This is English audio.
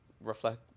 reflect